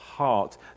heart